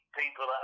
people